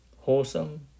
Wholesome